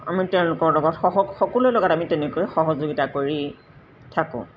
আমি তেওঁলোকৰ লগত সহ সকলোৰে লগত আমি তেনেকৈ সহযোগিতা কৰি থাকোঁ